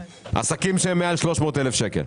עסקים שהם מעל 300 אלף שקלים.